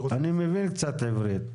אני מבין קצת עברית.